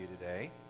today